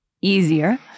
easier